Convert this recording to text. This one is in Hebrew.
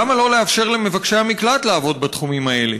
למה לא לאפשר למבקשי המקלט לעבוד בתחומים האלה?